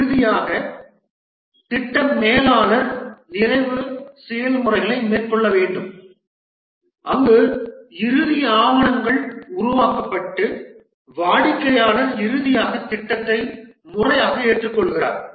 இறுதியாக திட்ட மேலாளர் நிறைவு செயல்முறைகளை மேற்கொள்ள வேண்டும் அங்கு இறுதி ஆவணங்கள் உருவாக்கப்பட்டு வாடிக்கையாளர் இறுதியாக திட்டத்தை முறையாக ஏற்றுக்கொள்கிறார்